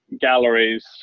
galleries